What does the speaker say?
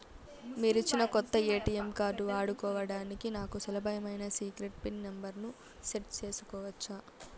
మీరిచ్చిన కొత్త ATM card వాడుకోవడానికి నాకు సులభమైన సీక్రెట్ పిన్ నెంబర్ ను సెట్ సేసుకోవచ్చా?